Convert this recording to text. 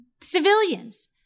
Civilians